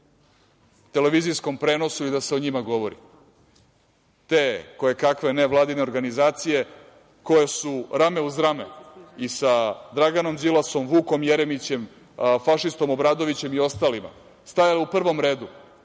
televizijskom prenosu i da se o njima govori. Te kojekakve nevladine organizacije koje su rame uz rame i sa Draganom Đilasom, Vukom Jeremićem, fašistom Obradovićem i ostalima stajali u prvom redu